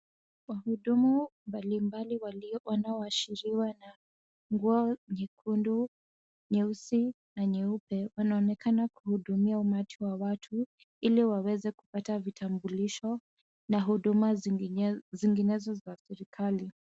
Wahudumu mbalimbali wanaowashiriwa na nguo nyekundu, nyeusi na nyeupe wanaonekana kuhudumia umati wa watu, ili waweze kupata vitambulisho na huduma zinginezo za serikali.